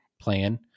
plan